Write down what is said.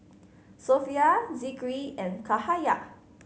Sofea Zikri and Cahaya